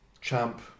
Champ